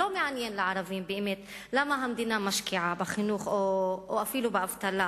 לא מעניין את הערבים באמת למה המדינה משקיעה בחינוך או אפילו באבטלה,